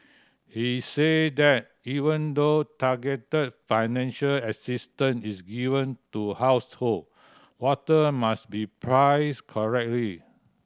he said that even though targeted financial assistant is given to household water must be priced correctly